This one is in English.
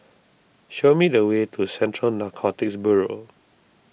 show me the way to Central Narcotics Bureau